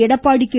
Edappadi K